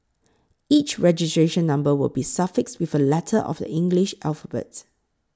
each registration number will be suffixed with a letter of the English alphabet